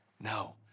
no